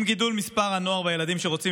עם הגידול במספר בני הנוער והילדים שרוצים